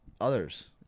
others